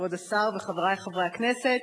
כבוד השר וחברי חברי הכנסת,